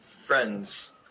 friends